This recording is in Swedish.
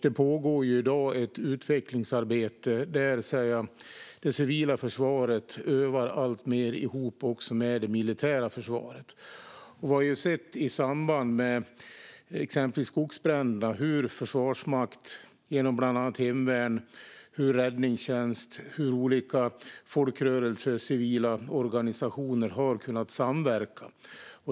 Det pågår i dag ett utvecklingsarbete där det civila försvaret övar alltmer ihop med det militära försvaret. Vi har sett i samband med exempelvis skogsbränderna hur Försvarsmakten genom bland annat hemvärnet, räddningstjänst och olika folkrörelser och civila organisationer har kunnat samverka.